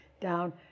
down